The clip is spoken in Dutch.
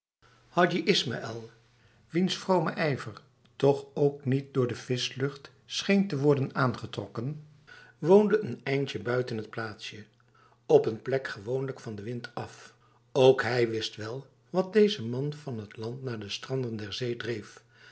hadji ismaïl wiens vrome ijver toch ook niet door de vislucht scheen te worden aangetrokken woonde n eindje buiten het plaatsje op een plek gewoonlijk van de wind af ook hij wist wel wat deze man van het land naar de stranden